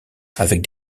avec